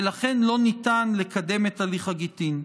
ולכן לא ניתן לקדם את הליך הגיטין.